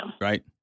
Right